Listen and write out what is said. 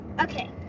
okay